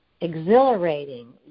exhilarating